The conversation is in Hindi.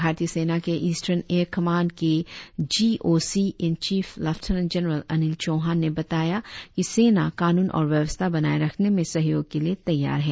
भारतीय सेना के ईस्टर्न एयर कमांड के G O C in chief lieutenant general Anil Chauhan ने बताया कि सेना कानून और व्यवस्था बनाए रखने में सहयोग के लिए तैयार है